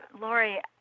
Lori